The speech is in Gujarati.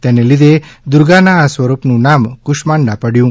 તેને લીધે દુર્ગાના આ સ્વરૂપનું નામ કુષ્માંડા પડચું